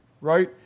right